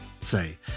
say